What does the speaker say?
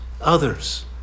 others